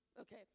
Okay